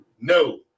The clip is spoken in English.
no